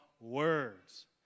words